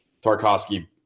Tarkovsky